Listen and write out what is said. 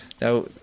Now